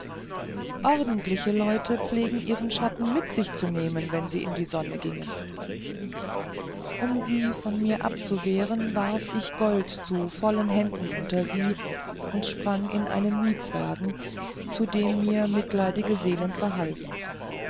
ordentliche leute pflegten ihren schatten mit sich zu nehmen wenn sie in die sonne gingen um sie von mir abzuwehren warf ich gold zu vollen händen unter sie und sprang in einen mietswagen zu dem mir mitleidige seelen verhalfen